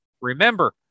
Remember